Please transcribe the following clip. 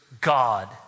God